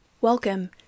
welcome